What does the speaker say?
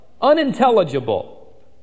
unintelligible